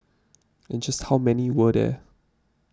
and just how many were there